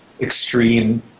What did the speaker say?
extreme